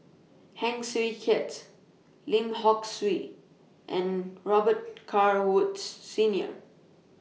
Heng Swee Keat Lim Hock Siew and Robet Carr Woods Senior